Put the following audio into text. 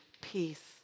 peace